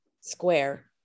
square